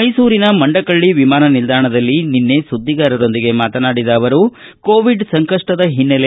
ಮೈಸೂರಿನ ಮಂಡಕಳ್ಳ ವಿಮಾನ ನಿಲ್ದಾಣದಲ್ಲಿ ನಿನ್ನೆ ಸುದ್ದಿಗಾರರೊಂದಿಗೆ ಮಾತನಾಡಿದ ಅವರು ಕೊವಿಡ್ ಸಂಕಪ್ಪದ ಹಿನ್ನೆಲೆ